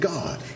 God